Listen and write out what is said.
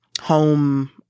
home